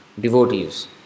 devotees